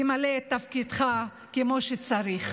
תמלא תפקידך כמו שצריך.